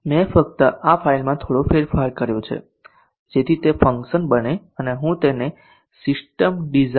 મેં ફક્ત આ ફાઇલમાં થોડો ફેરફાર કર્યો જેથી તે ફંકશન બને અને હું તેને system design